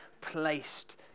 placed